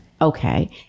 Okay